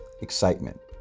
excitement